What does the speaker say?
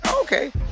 Okay